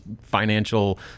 financial